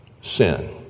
sin